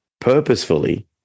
purposefully